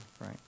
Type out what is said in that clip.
right